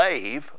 slave